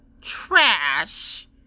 trash